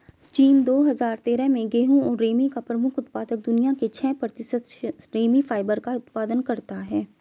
चीन, दो हजार तेरह में गेहूं और रेमी का प्रमुख उत्पादक, दुनिया के छह प्रतिशत रेमी फाइबर का उत्पादन करता है